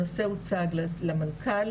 הנושא הוצג למנכ"ל,